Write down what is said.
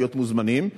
להיות מוזמנים,